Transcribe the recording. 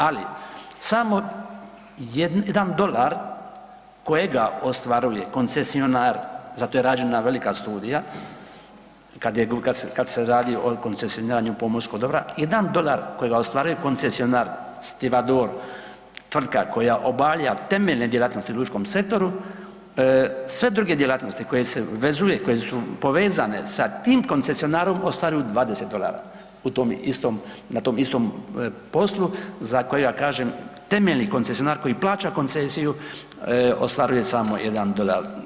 Ali samo jedan dolar kojega ostvaruje koncesionar, za to je rađena velika studija kad je, kad se, kad se radi o koncesioniranju pomorskog dobra, jedan dolar kojega ostvaruje koncesionar Stivador, tvrtka koja obavlja temeljne djelatnosti u lučkom sektoru, sve druge djelatnosti koje se vezuje, koje su povezane sa tim koncesionarom ostvaruju 20 dolara u tom istom, na tom istom poslu za koji ja kažem temeljni koncesionar koji plaća koncesiju ostvaruje samo jedan dolar.